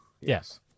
Yes